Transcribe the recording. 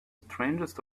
strangest